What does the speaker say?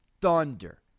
Thunder